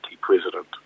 President